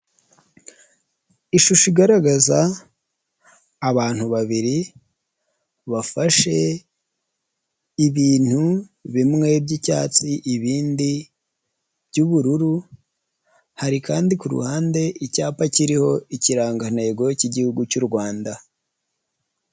Ishusho igaragaza abantu babiri bafashe ibintu bimwe byicyatsi ibindi by'ubururu hari kandi kuruhande icyapa kiriho ikirangantego cy'igihugu cy'u Rwanda.